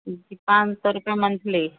जी पाँच सौ रुपये मंथली